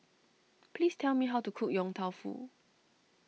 please tell me how to cook Yong Tau Foo